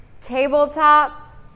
Tabletop